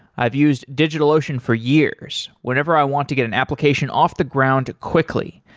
i've used digitalocean for years whenever i want to get an application off the ground quickly,